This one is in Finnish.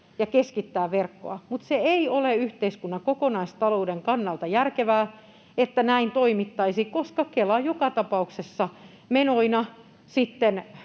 ja keskittää verkkoa, mutta ei ole yhteiskunnan kokonaistalouden kannalta järkevää, että näin toimittaisiin, koska Kela joka tapauksessa menoina